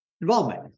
involvement